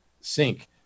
sync